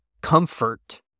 comfort